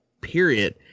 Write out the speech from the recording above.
period